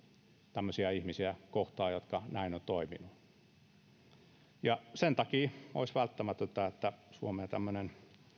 tämmöisiä ihmisiä kohtaan jotka näin ovat toimineet sen takia olisi välttämätöntä että suomeen tämmöinen